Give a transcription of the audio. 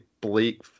bleak